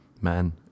man